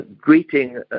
greeting